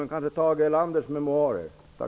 Ni kanske även borde läsa Tage Tack!